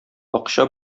акча